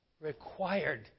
required